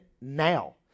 now